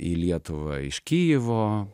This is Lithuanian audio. į lietuvą iš kijevo